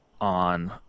on